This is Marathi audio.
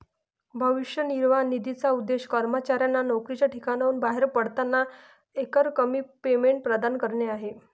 भविष्य निर्वाह निधीचा उद्देश कर्मचाऱ्यांना नोकरीच्या ठिकाणाहून बाहेर पडताना एकरकमी पेमेंट प्रदान करणे आहे